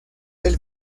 del